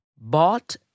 bought